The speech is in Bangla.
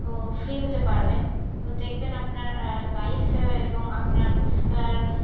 ও ফ্রি হতে পারবেন তো দেখবেন আপনার লাইফ এবং আপনার